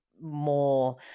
more